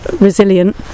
resilient